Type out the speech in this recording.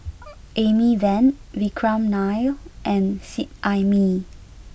Amy Van Vikram Nair and Seet Ai Mee